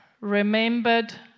remembered